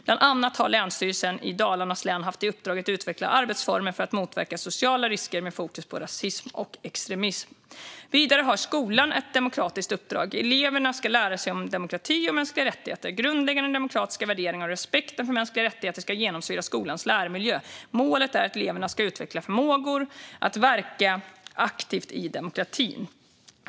Bland annat har Länsstyrelsen i Dalarnas län haft i uppdrag att utveckla arbetsformer för att motverka sociala risker med fokus på rasism och extremism. Vidare har skolan ett demokratiskt uppdrag. Eleverna ska lära sig om demokrati och mänskliga rättigheter. Grundläggande demokratiska värderingar och respekten för mänskliga rättigheter ska genomsyra skolans lärmiljö. Målet är att eleverna ska utveckla förmågor för att verka aktivt i demokratin.